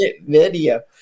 video